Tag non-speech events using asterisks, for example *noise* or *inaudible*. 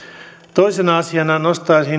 toisena asiana nostaisin *unintelligible*